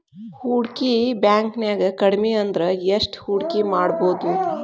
ಹೂಡ್ಕಿ ಬ್ಯಾಂಕ್ನ್ಯಾಗ್ ಕಡ್ಮಿಅಂದ್ರ ಎಷ್ಟ್ ಹೂಡ್ಕಿಮಾಡ್ಬೊದು?